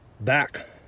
Back